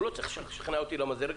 הוא לא צריך לשכנע אותי למה זה ריק,